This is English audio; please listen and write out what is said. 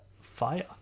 Fire